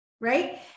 right